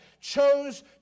chose